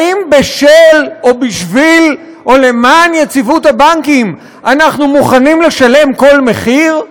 האם בשל או בשביל או למען יציבות הבנקים אנחנו מוכנים לשלם כל מחיר?